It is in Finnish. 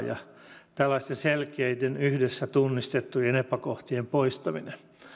ja tällaisten selkeiden yhdessä tunnistettujen epäkohtien poistaminen olisi hyvä saada aikaan